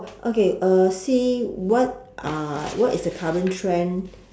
okay uh see what are what is the current trend